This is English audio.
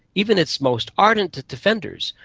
even its most ardent defenders,